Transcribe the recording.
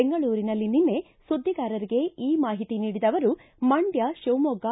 ಬೆಂಗಳೂರಿನಲ್ಲಿ ನಿನ್ನೆ ಸುದ್ದಿಗಾರರಿಗೆ ಈ ಮಾಹಿತಿ ನೀಡಿದ ಅವರು ಮಂಡ್ಲ ಶಿವಮೊಗ್ಗ